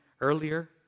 earlier